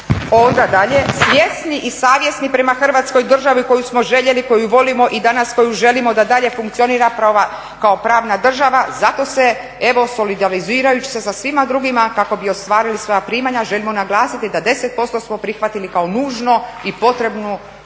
Onda dalje, svjesni i savjesni prema Hrvatskoj državi koju smo željeli, koju volimo i danas koju želimo da dalje funkcionira kao pravna država, zato se evo solidarizirajući se svima drugima kako bi ostvarili svoja primanja, želimo naglasiti da 10% smo prihvatili kao nužno i potrebno danas